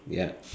ya